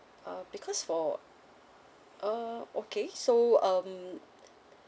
uh because for err okay so um